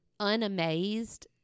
unamazed